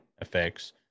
effects